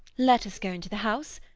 let us go into the house.